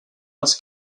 els